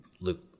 Luke